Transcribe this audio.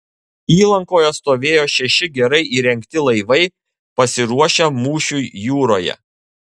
įlankoje stovėjo šeši gerai įrengti laivai pasiruošę mūšiui jūroje